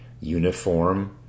uniform